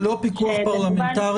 ללא פיקוח פרלמנטרי?